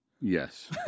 Yes